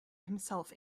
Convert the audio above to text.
himself